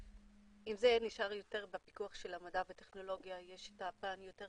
אם זה נשאר יותר בפיקוח של המדע וטכנולוגיה יש את הפן היותר